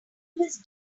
his